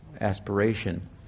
aspiration